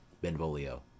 Benvolio